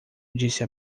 disse